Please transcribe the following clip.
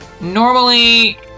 normally